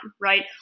right